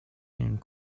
and